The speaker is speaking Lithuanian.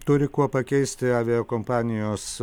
turi kuo pakeisti aviakompanijos